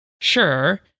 Sure